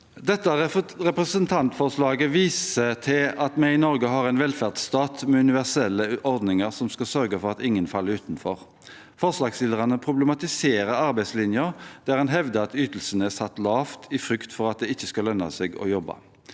Dette representantforslaget viser til at vi i Norge har en velferdsstat med universelle ordninger som skal sørge for at ingen faller utenfor. Forslagsstillerne problematiserer arbeidslinjen, der man hevder at ytelsene er satt lavt i frykt for at det ikke skal lønne seg å jobbe.